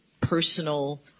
personal